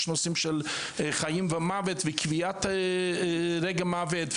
יש נושאים של חיים ומוות וקביעת רגע מוות,